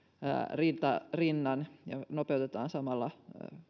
rinta rinnan ja nopeutetaan samalla